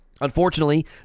Unfortunately